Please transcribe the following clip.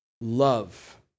love